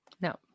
No